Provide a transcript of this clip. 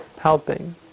helping